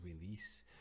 release